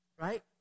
Right